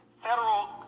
federal